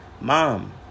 Mom